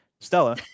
Stella